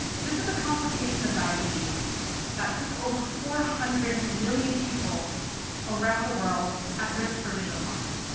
this is a complication of diabetes that puts over four hundred million people around the world at risk for vision loss.